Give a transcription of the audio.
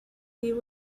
you